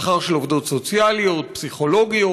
השכר של עובדות סוציאליות, פסיכולוגיות,